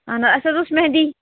اہن حظ اَسہِ حظ ٲس میٚہِنٛدی